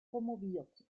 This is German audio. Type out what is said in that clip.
promoviert